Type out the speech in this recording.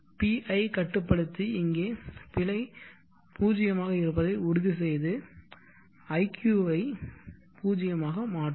PI கட்டுப்படுத்தி இங்கே பிழை 0 ஆக இருப்பதைக் உறுதிசெய்து iq வை 0 ஆக மாற்றும்